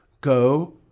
go